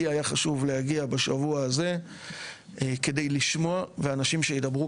לי היה חשוב להגיע בשבוע הזה כדי לשמוע ואנשים שידברו